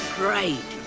great